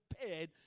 prepared